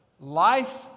life